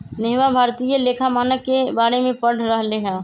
नेहवा भारतीय लेखा मानक के बारे में पढ़ रहले हल